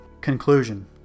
Conclusion